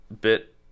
bit